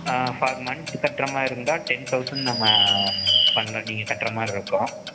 ஆ per month கட்டுற மாதிரி இருந்தால் டென் தௌசண்ட் நம்ம பண்ண நீங்கள் கட்டுற மாதிரி இருக்கும்